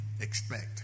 expect